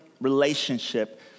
relationship